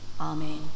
Amen